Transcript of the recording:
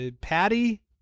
patty